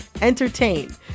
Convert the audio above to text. entertain